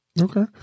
Okay